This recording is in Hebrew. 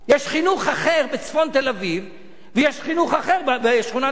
יש חינוך אחר בצפון תל-אביב ויש חינוך אחר בשכונת-הארגזים.